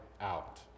out